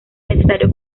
necesario